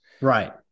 right